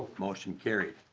motion carries.